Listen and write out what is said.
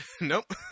Nope